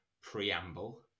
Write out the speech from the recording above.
preamble